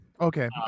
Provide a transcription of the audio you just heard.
Okay